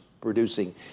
producing